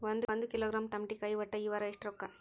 ಒಂದ್ ಕಿಲೋಗ್ರಾಂ ತಮಾಟಿಕಾಯಿ ಒಟ್ಟ ಈ ವಾರ ಎಷ್ಟ ರೊಕ್ಕಾ?